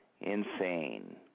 Insane